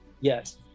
Yes